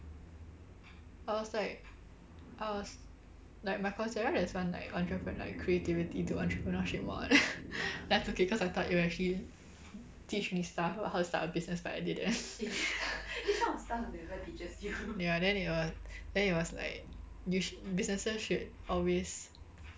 I was like I was like my coursera there's one like entrepreneur like creativity to entrepreneurship mod like okay cause I thought it will actually teach me stuff about how to start a business but it didn't ya then it will then it was like you sh~ businesses should always